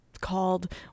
called